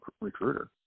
recruiter